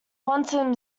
quantum